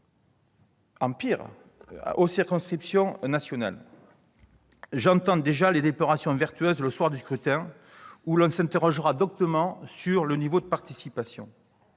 en pire, que les circonscriptions interrégionales. J'entends déjà les déplorations vertueuses, le soir du scrutin, où l'on s'interrogera doctement sur le niveau de participation.